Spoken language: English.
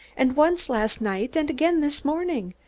and once last night and again this morning.